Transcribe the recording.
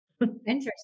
Interesting